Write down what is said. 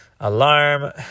alarm